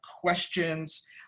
questions